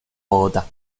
bogotá